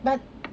but